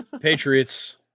Patriots